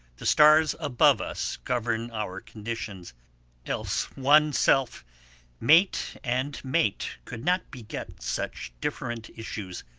the stars above us, govern our conditions else one self mate and mate could not beget such different issues.